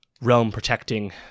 realm-protecting